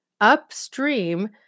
upstream